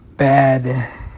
Bad